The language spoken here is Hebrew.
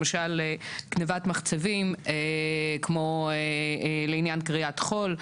למשל גניבת מחצבים, כמו לעניין כריית חול.